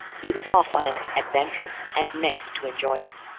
he was off on an adventure, and meant to enjoy it.